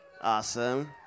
Awesome